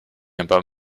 about